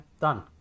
done